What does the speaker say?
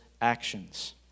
actions